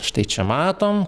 štai čia matom